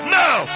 now